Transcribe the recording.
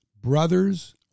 brother's